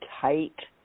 tight